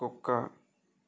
కుక్క